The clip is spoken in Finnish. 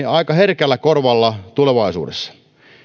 aika herkällä korvalla tulevaisuudessa